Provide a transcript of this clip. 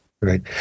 right